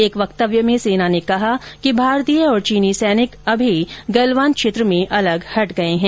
एक वक्तव्य में सेना ने कहा कि भारतीय और चीनी सैनिक अभी गलवान क्षेत्र में अलग हट गए हैं